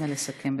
נא לסכם.